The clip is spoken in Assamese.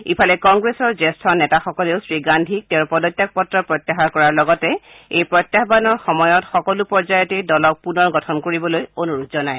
ইফালে কংগ্ৰেছৰ জ্যেষ্ঠ নেতাসকলেও শ্ৰীগান্ধীক তেওঁৰ পদত্যাগ পত্ৰ প্ৰত্যাহাৰ কৰাৰ লগতে এই প্ৰত্যাহানৰ সময়ত সকলো পৰ্যায়তে দলক পুনৰ গঠন কৰিবলৈ অনুৰোধ জনায়